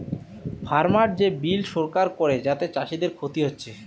farmer যে bill সরকার করে যাতে চাষীদের ক্ষতি হচ্ছে